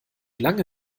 lange